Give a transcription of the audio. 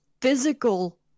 physical